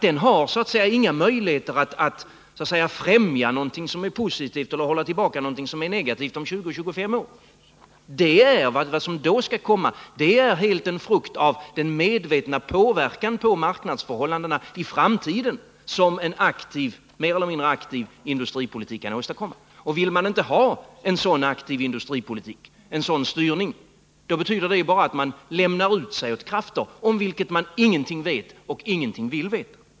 Den har inga möjligheter att så att säga främja någonting som är positivt eller att hålla tillbaka någonting som är negativt 20-25 år. Vad som då skall komma blir en frukt av den medvetna påverkan på marknadsförhållandena i framtiden som en mer eller mindre aktiv industripolitik kan åstadkomma. Vill man inte ha en sådan aktiv industripolitik, en sådan styrning, betyder det bara att man lämnar ut sig till krafter om vilka man ingenting vet och ingenting vill veta.